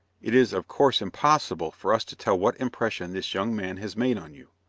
it is of course impossible for us to tell what impression this young man has made on you.